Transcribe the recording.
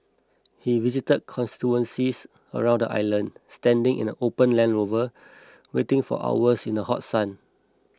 he visited constituencies around the island standing in an open Land Rover waiting for hours in the hot sun